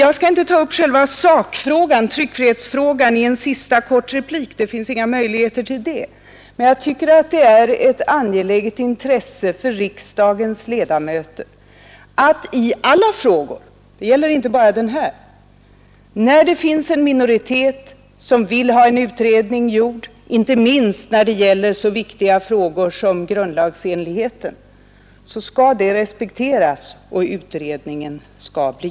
Jag skall inte nu ta upp själva sakfrågan, tryckfrihetsfrågan, i en sista kort replik; det finns inga möjligheter till det. Men jag tycker att det är ett angeläget intresse att i alla frågor — det gäller inte bara den här — när det finns en minoritet som vill ha en utredning gjord, inte minst vad beträffar så viktiga frågor som grundlagsenigheten, att gå in för att sådana önskemål respekteras och att utredningen blir gjord.